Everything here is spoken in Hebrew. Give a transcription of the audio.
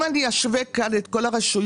אם אני אשווה כאן את כל הרשויות